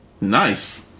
Nice